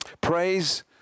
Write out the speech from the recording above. Praise